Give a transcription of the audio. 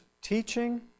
Teaching